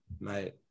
mate